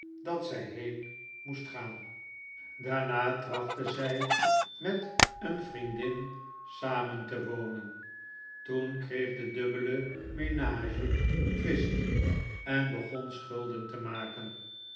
dat zij heen moest gaan daarna trachtte zij met een vriendin samen te wonen toen kreeg de dubbele menage twist en begon schulden te maken